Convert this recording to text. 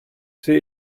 sie